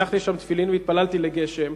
הנחתי שם תפילין והתפללתי לגשם,